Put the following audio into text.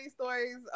stories